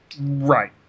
Right